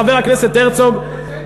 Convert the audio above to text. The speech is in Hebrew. חבר הכנסת הרצוג,